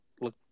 look